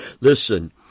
Listen